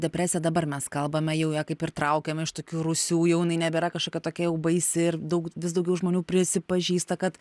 depresija dabar mes kalbame jau kaip ir traukiam iš tokių rūsių jau jinai nebėra kažkokia tokia jau baisi ir daug vis daugiau žmonių prisipažįsta kad